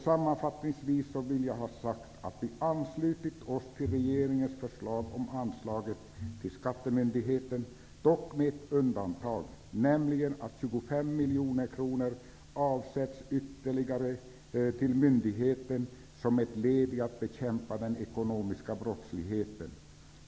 Sammanfattningsvis vill jag ha sagt att vi anslutit oss till regeringens förslag om anslaget till skattemyndigheten, dock med ett undantag, nämligen att ytterligare 25 miljoner kronor avsätts till myndigheten som ett led i ansträngningarna att bekämpa den ekonomiska brottsligheten.